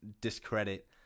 discredit